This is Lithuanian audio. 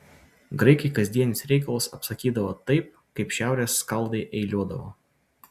graikai kasdienius reikalus apsakydavo taip kaip šiaurės skaldai eiliuodavo